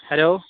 hello